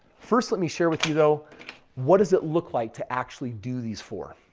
first, let me share with you though what does it look like to actually do these four.